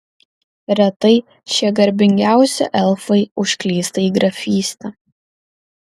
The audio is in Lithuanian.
retai šie garbingiausi elfai užklysta į grafystę